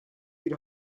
bir